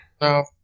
No